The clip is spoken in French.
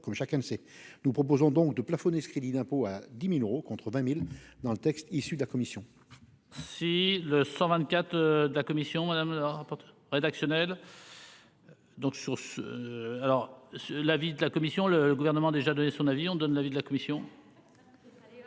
nous proposons donc de plafonner ce crédit d'impôt à 10.000 euros contre 20.000 dans le texte issu de la commission.